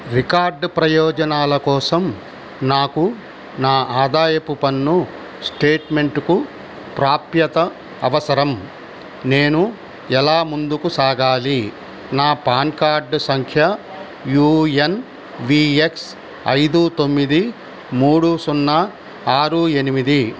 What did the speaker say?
record ప్రయోజనాల కోసం నాకు నా ఆదాయపు పన్ను స్టేట్మెంట్కు ప్రాప్యత అవసరం నేను ఎలా ముందుకు సాగాలి నా పాన్ కార్డ్ సంఖ్య యూ ఎన్ వీ ఎక్స్ ఐదు తొమ్మిది మూడు సున్నా ఆరు ఎనిమిది